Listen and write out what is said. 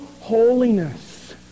holiness